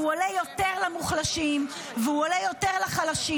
והוא עולה יותר למוחלשים, והוא עולה יותר לחלשים,